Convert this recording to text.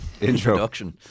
introduction